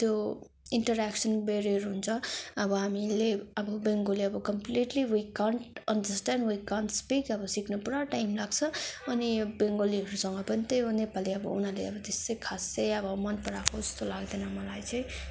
त्यो interaction barrier हुन्छ अब हामीले अब बेङ्गोली अब completely we can't understand we can't speak अब सिक्नु पुरा टाइम लाग्छ अनि यो बेङ्गोलीहरूसँग पनि त्यही हो नेपाली अब उनीहरूले अब त्यसै खासै अब मन पराएको जस्तो लाग्दैन मलाई चाहिँ